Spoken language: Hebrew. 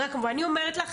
ואני אומרת לך,